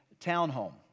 townhome